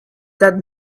that